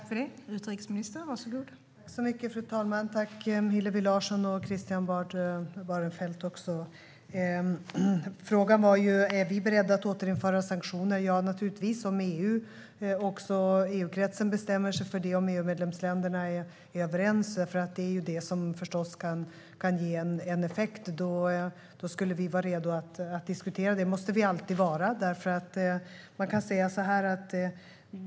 Fru talman! Jag tackar Hillevi Larsson och Christian Holm Barenfeld. Frågan var om vi är beredda att återinföra sanktioner. Ja, naturligtvis är vi det om EU-kretsen bestämmer sig för det och om EU-medlemsländerna är överens. Det är förstås det som kan ge en effekt. Då skulle vi vara redo att diskutera det, och det måste vi alltid vara.